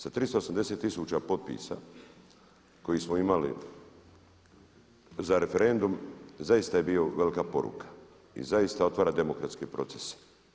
Sa 380 tisuća potpisa kojih smo imali za referendum zaista je bio velika poruka i zaista otvara demokratski proces.